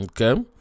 Okay